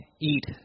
eat